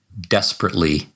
desperately